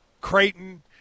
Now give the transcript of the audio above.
creighton